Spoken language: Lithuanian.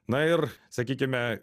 na ir sakykime